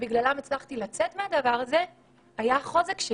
שבגללן הצלחתי לצאת מהדבר הזה היא החוזק של